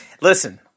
Listen